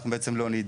אנחנו לא באמת נדע.